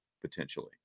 potentially